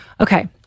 Okay